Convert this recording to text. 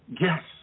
Yes